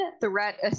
threat